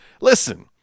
listen